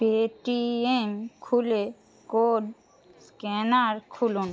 Paytm খুলে code scanner খুলুন